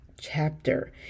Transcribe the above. chapter